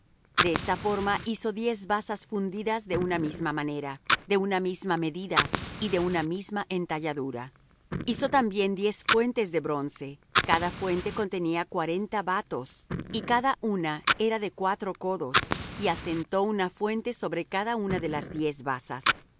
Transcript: de esta forma hizo diez basas fundidas de una misma manera de una misma medida y de una misma entalladura hizo también diez fuentes de bronce cada fuente contenía cuarenta batos y cada una era de cuatro codos y asentó una fuente sobre cada una de las diez basas